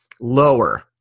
lower